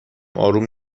اروم